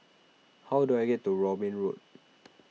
how do I get to Robin Road